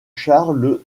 charles